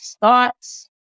thoughts